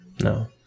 No